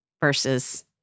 versus